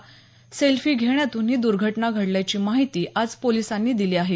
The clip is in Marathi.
सेल्फी घेण्यातून ही दूर्घटना घडल्याची माहिती आज पोलिसांनी दिली आहे